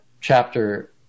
chapter